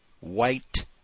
white